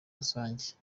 rusange